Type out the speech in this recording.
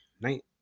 Night